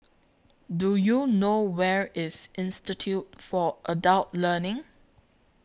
Do YOU know Where IS Institute For Adult Learning